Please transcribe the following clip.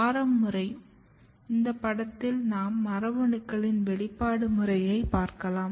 ஆரம் முறை இந்த படத்தில் நாம் மரபணுக்களின் வெளிப்பாடு முறையைப் பார்க்கலாம்